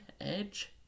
edge